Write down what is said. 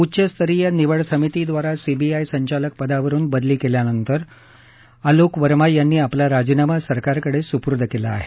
उच्चस्तरीय निवड समितीद्वारा सीबीआय संचालक पदावरुन बदली केल्यानंतर आलोक वर्मा यांनी आपला राजीनामा सरकारकडे सुपूर्द केला आहे